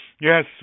Yes